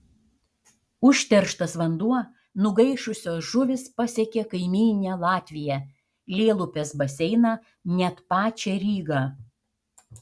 užterštas vanduo nugaišusios žuvys pasiekė kaimyninę latviją lielupės baseiną net pačią rygą